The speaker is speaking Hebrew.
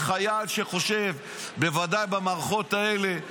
חייל שחושב, בוודאי במערכות האלה,